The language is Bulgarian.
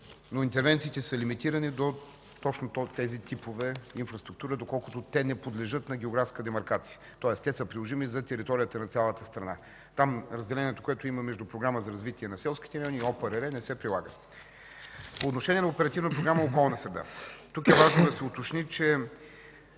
Интервенциите са лимитирани до точно тези типове инфраструктура, доколкото те не подлежат на географска демаркация. Тоест те са приложими за територията на цялата страна. Там разделението, което имаме между Програмата за развитие на селските програми и ОПРР, не се прилага. По отношение на Оперативна програма